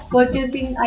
Purchasing